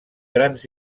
grans